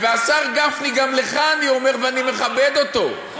והשר גפני, גם לך אני אומר, ואני מכבד אותו, הכול.